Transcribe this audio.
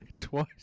twice